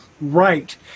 right